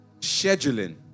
Scheduling